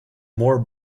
more